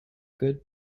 good